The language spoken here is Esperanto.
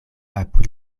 apud